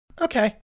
Okay